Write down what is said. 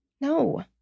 No